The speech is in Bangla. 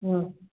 হুম